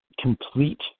complete